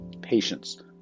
Patience